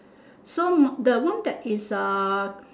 so the one that is uh